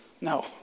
no